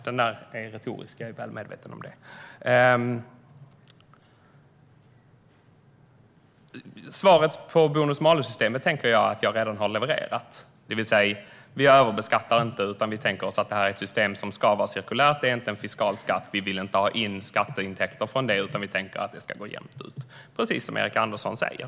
Jag är väl medveten om att frågan är retorisk. Svaret om bonus-malus-systemet har jag redan levererat, det vill säga: Vi överbeskattar inte, utan vi tänker oss att systemet ska vara cirkulärt. Det är inte en fiskal skatt. Vi vill inte ha in skatteintäkter från det, utan vår tanke är att det ska gå jämnt ut, precis som Erik Andersson säger.